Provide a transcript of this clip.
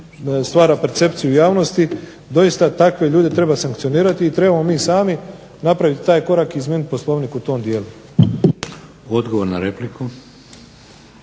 stvara percepciju u javnosti, doista takve ljude treba sankcionirati i trebamo mi sami napraviti taj korak i izmijeniti Poslovnik u tom dijelu. **Šeks,